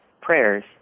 prayers